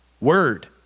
word